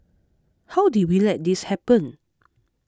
how did we let this happen